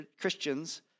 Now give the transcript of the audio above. Christians